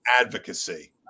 advocacy